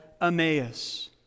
Emmaus